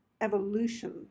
evolution